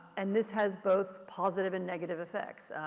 and this has both positive and negative effects.